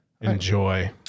Enjoy